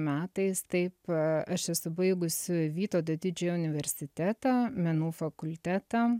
metais taip aš esu baigusi vytauto didžiojo universitetą menų fakultetą